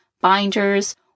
binders